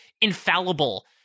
infallible